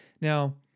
Now